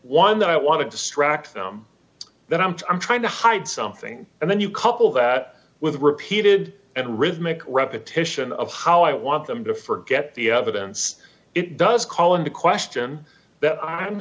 one that i want to distract them that i'm trying to hide something and then you couple that with repeated and rhythmic repetition of how i want them to forget the evidence it does call into question that i am